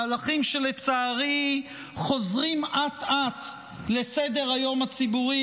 מהלכים שלצערי חוזרים אט-אט לסדר-היום הציבורי,